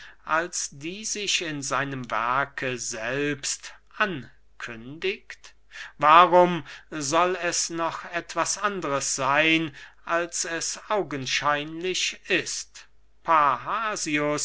als die sich in seinem werke selbst ankündigt warum soll es noch etwas andres seyn als es augenscheinlich ist